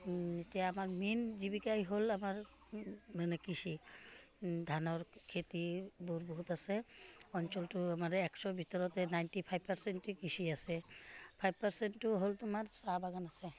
এতিয়া আমাৰ মেইন জীৱিকাই হ'ল আমাৰ মানে কৃষি ধানৰ খেতিবোৰ বহুত আছে অঞ্চলটো আমাৰ এশৰ ভিতৰতে নাইণ্টি ফাইভ পাৰ্চেণ্টটো কৃষি আছে ফাইভ পাৰ্চেণ্টটো হ'ল তোমাৰ চাহ বাগান আছে